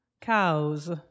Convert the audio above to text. cows